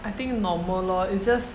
I think normal lor it's just